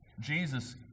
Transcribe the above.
Jesus